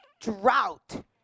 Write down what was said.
drought